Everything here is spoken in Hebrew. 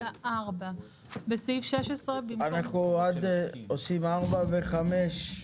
פסקה 4 --- אנחנו עושים 4 ו-5,